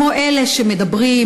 אלה שמדברים,